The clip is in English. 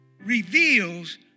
reveals